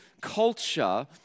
culture